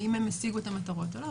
האם הם השיגו את המטרות או לא.